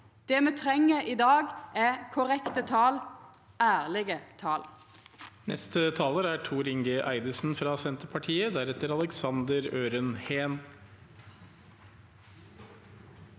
Det me treng i dag, er korrekte tal – ærlege tal.